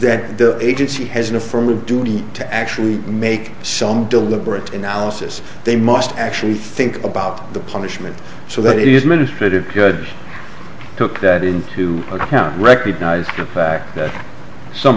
that the agency has an affirmative duty to actually make some deliberate analysis they must actually think about the punishment so that it is mistreated good took that into account recognize the fact that some